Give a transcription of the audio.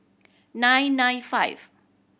nine nine five